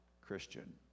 Christian